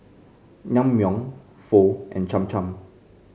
Naengmyeon Pho and Cham Cham